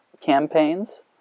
campaigns